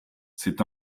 c’est